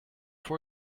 for